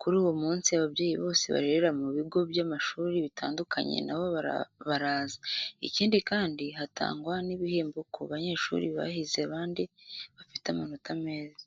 Kuri uwo munsi ababyeyi bose barerera mu bigo by'amashuri bitandukanye na bo baraza. Ikindi kandi, hatangwa n'ibihembo ku banyeshuri bahize abandi bafite amanota meza.